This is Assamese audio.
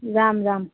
যাম যাম